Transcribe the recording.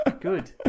good